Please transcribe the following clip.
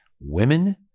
Women